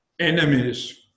enemies